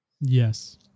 yes